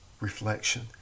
reflection